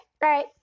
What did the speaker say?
Right